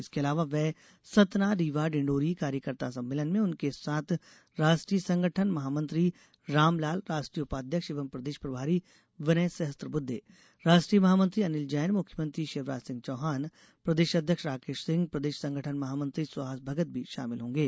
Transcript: इसके अलावा वे सतना रीवा डिंडौरी कार्यकर्ता सम्मेलन में उनके साथ राष्ट्रीय संगठन महामंत्री रामलाल राष्ट्रीय उपाध्यक्ष एवं प्रदेश प्रभारी विनय सहस्त्रबुद्धे राष्ट्रीय महामंत्री अनिल जैन मुख्यमंत्री शिवराज सिंह चौहान प्रदेश अध्यक्ष राकेश सिंह प्रदेश संगठन महामंत्री सुहास भगत भी शामिल होंगे